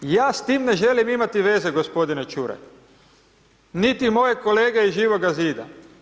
Ja s tim ne želim imati veze gospodine Čuraj niti moje kolege iz Živoga zida.